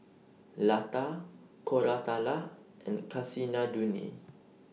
Lata Koratala and Kasinadhuni